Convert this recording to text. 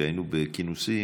כשהיינו בכינוסים,